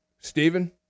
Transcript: Stephen